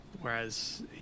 whereas